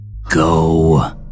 Go